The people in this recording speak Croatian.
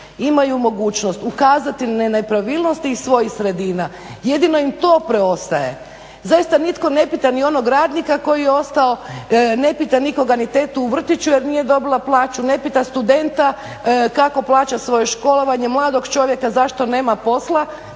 imaju mogućnost ukazati na nepravilnosti iz svojih sredina, jedino im to preostaje. Zaista nitko ne pita ni onog radnika koji je ostao, ne pita nikoga ni tetu u vrtiću jer nije dobila plaću, ne pita studenta kako plaća svoje školovanje, mladog čovjeka zašto nema posla,